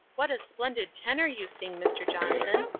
what a splendid tenor you sing, mr. johnson.